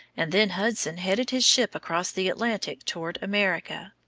and then hudson headed his ship across the atlantic toward america.